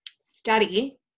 study